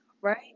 right